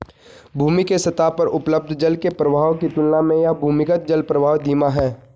भूमि के सतह पर उपलब्ध जल के प्रवाह की तुलना में यह भूमिगत जलप्रवाह धीमा है